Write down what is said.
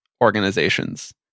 organizations